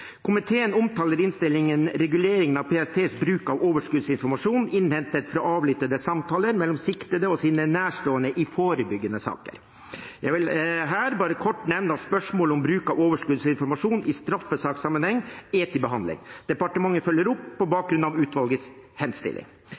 Komiteen omtaler i innstillingen reguleringen av PSTs bruk av overskuddsinformasjon innhentet fra avlyttede samtaler mellom siktede og deres nærstående i forebyggende saker. Jeg vil her bare kort nevne at spørsmålet om bruk av overskuddsinformasjon i straffesakssammenheng er til behandling. Departementet følger opp på bakgrunn av utvalgets henstilling.